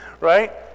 right